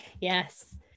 Yes